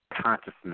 consciousness